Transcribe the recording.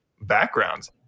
backgrounds